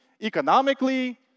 economically